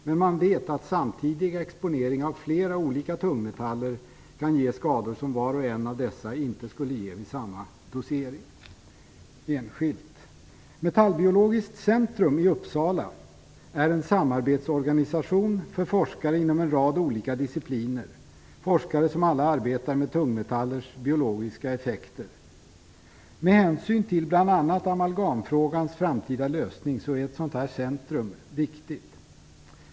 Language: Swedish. Men man vet att samtidig exponering av flera olika tungmetaller kan ge skador som var och en enskilt inte skulle ge vid samma dosering. Metallbiologiskt centrum i Uppsala är en samarbetsorganisaton för forskare inom en rad olika discipliner - forskare som alla arbetar med tungmetallers biologiska effekter. Med hänsyn till bl.a. amalgamfrågans framtida lösning är ett sådant centrum viktigt.